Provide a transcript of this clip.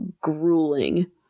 grueling